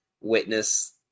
witness